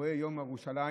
אירועי יום ירושלים,